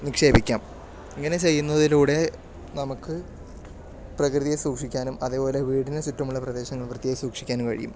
നിക്ഷേപിക്കാം ഇങ്ങനെ ചെയ്യുന്നതിലൂടെ നമുക്ക് പ്രകൃതിയെ സൂക്ഷിക്കാനും അതുപോലെ വീടിന് ചുറ്റുമുള്ള പ്രദേശങ്ങൾ പ്രത്യേക സൂക്ഷിക്കാൻ കഴിയും